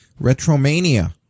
Retromania